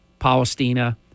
Palestina